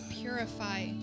purify